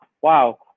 wow